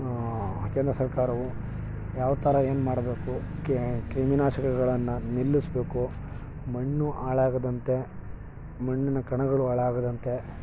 ಕೇಂದ್ರ ಸರ್ಕಾರವು ಯಾವ ಥರ ಏನು ಮಾಡಬೇಕು ಕ್ರಿಮಿ ನಾಶಕಗಳನ್ನು ನಿಲ್ಲಿಸಬೇಕು ಮಣ್ಣು ಹಾಳಾಗದಂತೆ ಮಣ್ಣಿನ ಕಣಗಳು ಹಾಳಾಗದಂತೆ